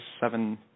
seven